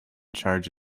charge